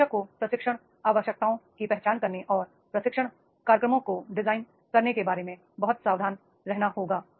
प्रशिक्षक को प्रशिक्षण आवश्यकताओं की पहचान करने और प्रशिक्षण कार्यक्रमों को डिजाइन करने के बारे में बहुत सावधान रहना होगा